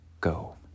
go